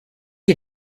you